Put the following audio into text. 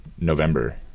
november